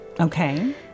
Okay